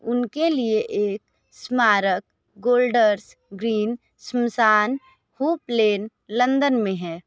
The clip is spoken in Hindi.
उनके लिए एक स्मारक गोल्डर्स ग्रीन श्मशान हूप लेन लंदन में है